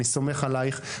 אני סומך עליך,